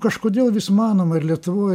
kažkodėl vis manoma ir lietuvoj